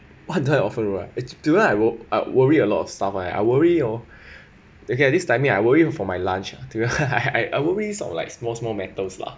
what type of wor~ do I wor~ I worry a lot of stuff right ah I worry oh okay at this timing I worried for my lunch I I I worry of like small small matters lah